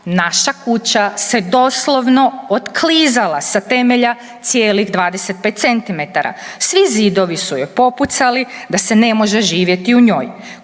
Naša kuća se doslovno otklizala sa temelja cijelih 25 cm. Svi zidovi su joj popucali da se ne može živjeti u njoj.